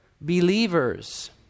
believers